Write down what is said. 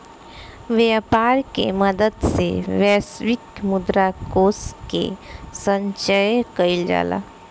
व्यापर के मदद से वैश्विक मुद्रा कोष के संचय कइल जाला